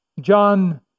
John